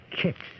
kicks